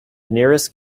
nearest